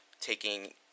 taking